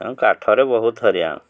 ତେଣୁ କାଠରେ ବହୁତ ହଇରାଣ